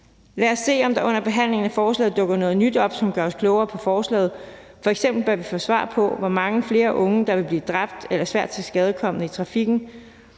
Lad os se, om der under behandlingen af forslaget dukker noget nyt op, som gør os klogere på forslaget. F.eks. bør vi få svar på, hvor mange flere unge der vil blive dræbt eller svært tilskadekommen i trafikken,